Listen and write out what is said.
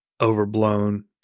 overblown